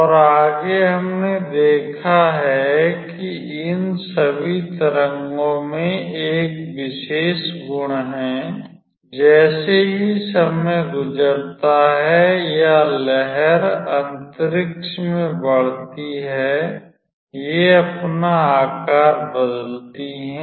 और आगे हमने देखा है कि इन सभी तरंगों में एक विशेष गुण है जैसे ही समय गुजरता है या लहर अंतरिक्ष में बढ़ती है ये अपना आकार बदलती हैं